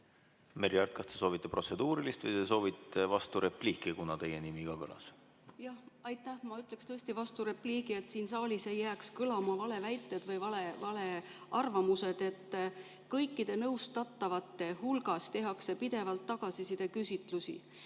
Aart, kas te soovite protseduurilist või te soovite vasturepliiki, kuna teie nimi ka kõlas?